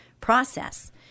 process